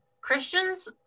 Christians